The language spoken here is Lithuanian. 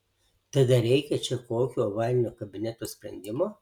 tad ar reikia čia kokio ovalinio kabineto sprendimo